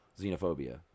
xenophobia